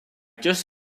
just